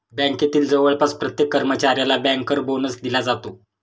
बँकेतील जवळपास प्रत्येक कर्मचाऱ्याला बँकर बोनस दिला जातो